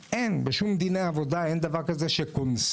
בשום דיני עבודה אין דבר כזה שקונסים,